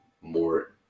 more